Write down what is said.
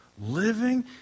living